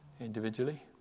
individually